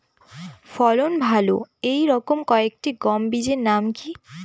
ফলন ভালো এই রকম কয়েকটি গম বীজের নাম কি?